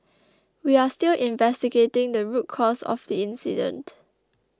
we are still investigating the root cause of the incident